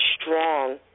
strong